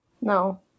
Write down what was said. No